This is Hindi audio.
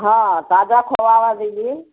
हाँ ताजा खोवा ओवा दीजिए